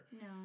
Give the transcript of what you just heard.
No